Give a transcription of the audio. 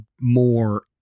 more